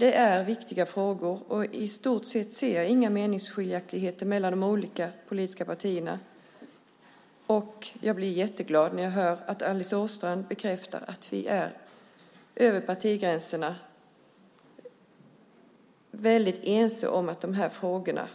Det är viktiga frågor, och jag ser i stort sett inga meningsskiljaktigheter mellan de olika politiska partierna. Och jag blir jätteglad när jag hör att Alice Åström bekräftar att vi är ense över partigränserna om att de här frågorna